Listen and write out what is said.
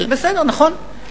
בסדר, נכון.